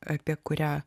apie kurią